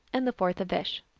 and the fourth a fish.